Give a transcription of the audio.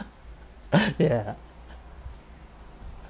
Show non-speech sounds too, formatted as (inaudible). (laughs) ya